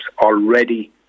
already